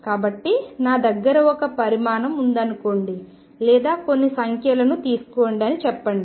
కాబట్టి నా దగ్గర ఒక పరిమాణం ఉందనుకోండి లేదా కొన్ని సంఖ్యలను తీసుకోండి అని చెప్పండి